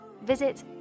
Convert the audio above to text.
Visit